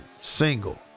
single